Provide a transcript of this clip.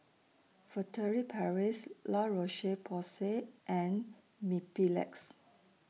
Furtere Paris La Roche Porsay and Mepilex